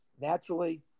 naturally